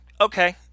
okay